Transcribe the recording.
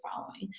following